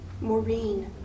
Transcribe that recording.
Maureen